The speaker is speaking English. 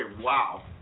wow